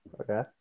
Okay